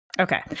okay